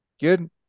Good